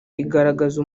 igaragaza